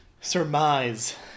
surmise